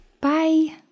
bye